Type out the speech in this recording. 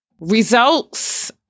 results